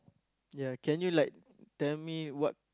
ya can you like tell me what